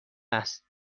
است